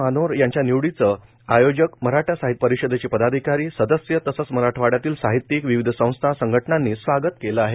महानोंर यांच्या निवडीचे आयोजक मराठवाडा साहित्य परिषदेचे पदाधिकारी सदस्य तसेच मराठवाड़यातील साहित्यिक विविध संस्था संघटनांनी स्वागत केले आहे